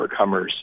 overcomers